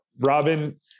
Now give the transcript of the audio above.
Robin